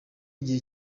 igihe